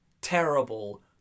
terrible